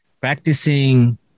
Practicing